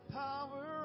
power